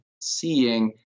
seeing